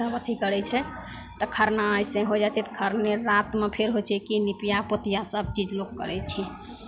तब अथी करै छै तऽ खरना अइसे हो जाइ छै तऽ खरने रातिमे फेर होइ छै कि निपिआ पोतिआ सबचीज लोक करै छै